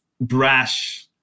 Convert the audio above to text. brash